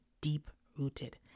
deep-rooted